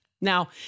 Now